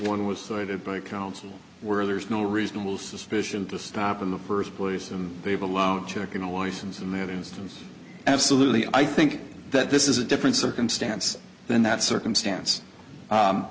one was cited by counsel where there's no reasonable suspicion to stop in the first place and they've allowed checking away since in that instance absolutely i think that this is a different circumstance than that circumstance